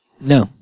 No